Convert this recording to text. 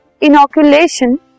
inoculation